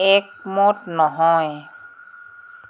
একমত নহয়